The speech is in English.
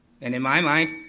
and in my mind,